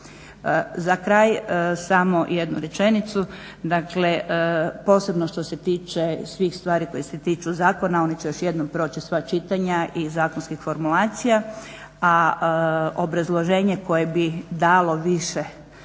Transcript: Za kraj samo jednu rečenicu. Posebno što se tiče svih stvari koji se tiču zakona oni će još jednom proći sva čitanja i zakonskih formulacija a obrazloženje koje bi dalo više sadržaja